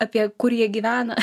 apie kur jie gyvena